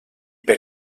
per